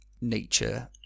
nature